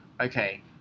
okay